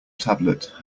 tablet